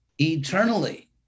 eternally